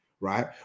right